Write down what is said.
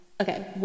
okay